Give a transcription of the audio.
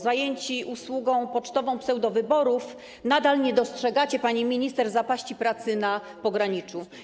Zajęci usługą pocztową pseudowyborów nadal nie dostrzegacie, pani minister, zapaści pracy na pograniczu.